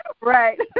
right